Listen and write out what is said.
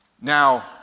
Now